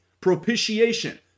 Propitiation